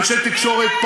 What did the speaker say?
אנשי תקשורת,